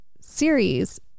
series